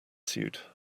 suit